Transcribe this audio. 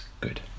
good